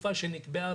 לתקופה שנקבעה,